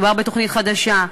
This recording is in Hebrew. מדובר בתוכנית חדשה.